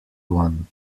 one